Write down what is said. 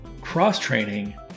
Cross-training